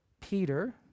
Peter